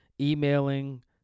emailing